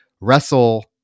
wrestle